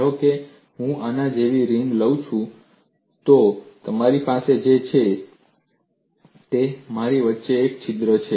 ધારો કે હું આના જેવી રિંગ લઉં છું તો તમારી પાસે જે છે તે મારી વચ્ચે એક છિદ્ર છે